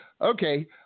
Okay